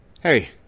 hey